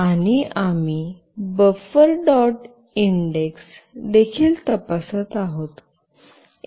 आणि आम्ही buffer dot index देखील तपासत आहोत